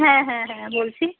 হ্যাঁ হ্যাঁ হ্যাঁ বলছি